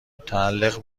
متعلق